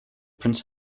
prince